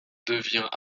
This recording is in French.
devient